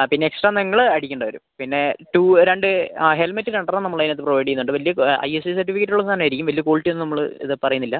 ആ പിന്നെ എക്സ്ട്രാ നിങ്ങള് അടയ്ക്കേണ്ട വരും പിന്നെ ടു രണ്ട് ആ ഹെൽമെറ്റ് രണ്ട് എണ്ണം നമ്മൾ അതിനകത്ത് പ്രൊവൈഡ് ചെയ്ത് ഉണ്ട് വലിയ ഐഎസ്ഐ സർട്ടിഫിക്കറ്റ് ഉള്ള സാധനം ആയിരിക്കും വലിയ ക്വാളിറ്റി ഒന്നും നമ്മള് പറയുന്നില്ല